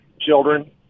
children